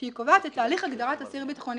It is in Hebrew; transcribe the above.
שהיא קובעת את תהליך הגדרת אסיר ביטחוני.